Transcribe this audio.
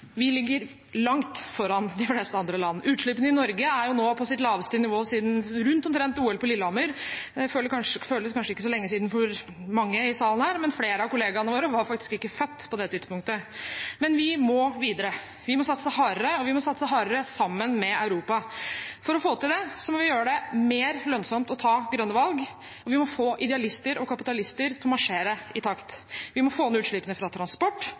Vi ligger langt foran de fleste andre land. Utslippene i Norge er nå på sitt laveste nivå siden OL på Lillehammer omtrent. Det føles kanskje ikke så lenge siden for mange i salen her, men flere av kollegaene våre var faktisk ikke født på det tidspunktet. Men vi må videre. Vi må satse hardere, og vi må satse hardere sammen med Europa. For å få til det må vi gjøre det mer lønnsomt å ta grønne valg, og vi må få idealister og kapitalister til å marsjere i takt. Vi må få ned utslippene fra transport.